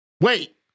Wait